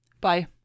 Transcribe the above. Bye